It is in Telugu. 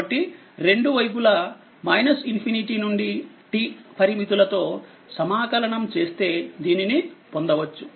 కాబట్టి రెండు వైపులా ∞ నుండి t పరిమితులతో సమాకలనం ఇంటిగ్రేట్ చేస్తే దీనిని పొందవచ్చు